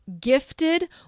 gifted